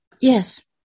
Yes